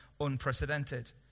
unprecedented